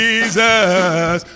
Jesus